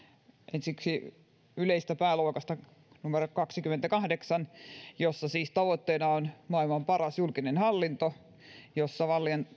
ensiksi yleisestä pääluokasta numero kaksikymmentäkahdeksan jossa siis tavoitteena on maailman paras julkinen hallinto jossa